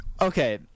Okay